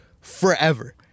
forever